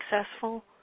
successful